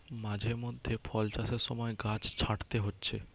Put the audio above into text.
মাঝে মধ্যে ফল চাষের সময় গাছ ছাঁটতে হচ্ছে